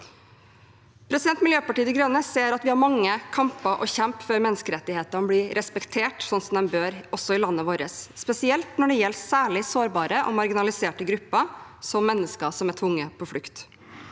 forfølgelse. Miljøpartiet De Grønne ser at vi har mange kamper å kjempe før menneskerettighetene blir respektert slik de bør, også i landet vårt, spesielt når det gjelder særlig sårbare og marginaliserte grupper, som mennesker som er tvunget på flukt.